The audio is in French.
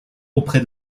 auprès